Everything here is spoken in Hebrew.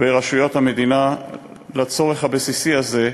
ברשויות המדינה לצורך הבסיסי הזה.